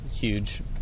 huge